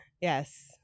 Yes